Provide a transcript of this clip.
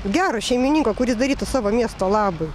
gero šeimininko kuris darytų savo miesto labui